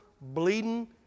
bleeding